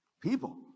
people